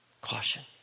caution